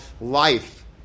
life